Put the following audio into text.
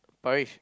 Parish